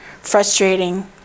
frustrating